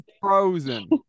Frozen